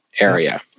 area